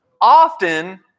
often